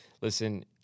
Listen